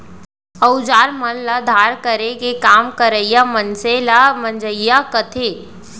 अउजार मन ल धार करे के काम करइया मनसे ल मंजइया कथें